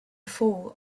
fall